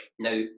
Now